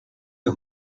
the